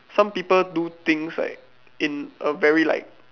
some people do things like in a very like